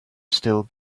still